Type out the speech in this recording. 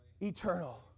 Eternal